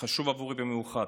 חשוב עבורי במיוחד.